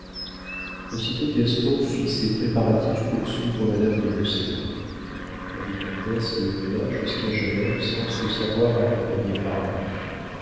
aussitôt gaston fit ses préparatifs pour suivre madame de beauséant la vicomtesse le mena jusqu'à genève sans se savoir accompagnée par lui